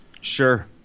Sure